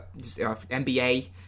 NBA